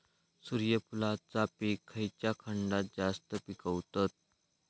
सूर्यफूलाचा पीक खयच्या खंडात जास्त पिकवतत?